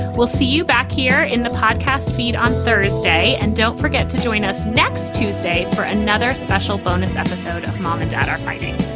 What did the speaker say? we'll see you back here in the podcast feed on thursday. and don't forget to join us next tuesday for another special bonus episode of mom and dad are fighting.